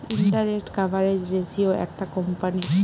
interest coverage ratio একটা কোম্পানীর